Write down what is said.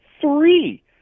three